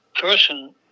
person